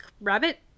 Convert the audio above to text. rabbit